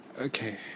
Okay